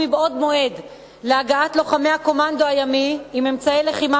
מבעוד מועד להגעת לוחמי הקומנדו הימי עם אמצעי לחימה